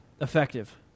effective